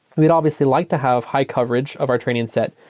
we'd obviously like to have high coverage of our training and set,